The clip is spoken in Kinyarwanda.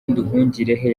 nduhungirehe